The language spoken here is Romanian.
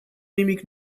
nimic